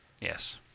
Yes